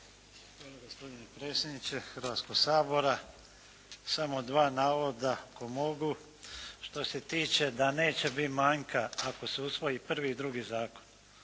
Hrvatskoga sabora. Samo dva navoda ako mogu. Što se tiče da neće biti manjka ako se usvoji prvi i drugi zakon.